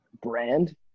brand